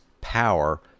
power